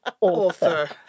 author